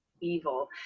evil